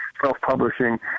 self-publishing